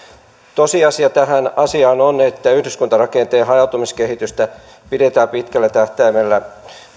tosiasia tässä asiassa on että yhdyskuntarakenteen hajautumiskehitystä pidetään pitkällä tähtäimellä